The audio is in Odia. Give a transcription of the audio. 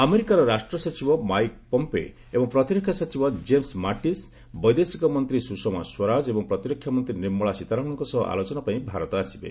ଆମେରିକାର ରାଷ୍ଟ୍ର ସଚିବ ମାଇକ୍ ପମ୍ପେ ଏବଂ ପ୍ରତିରକ୍ଷା ସଚିବ ଜେମ୍ବ ମାଟିସ୍ ବୈଦେଶିକ ମନ୍ତ୍ରୀ ସୁଷମା ସ୍ୱରାଜ ଏବଂ ପ୍ରତିରକ୍ଷା ମନ୍ତ୍ରୀ ନିର୍ମଳା ସୀତାରମଣଙ୍କ ସହ ଆଲୋଚନା ପାଇଁ ଭାରତ ଆସିବେ